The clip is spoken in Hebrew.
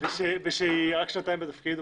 רציני ורק שנתיים בתפקיד,